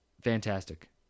fantastic